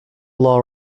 law